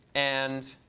and